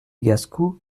gascous